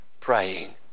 praying